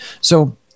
So-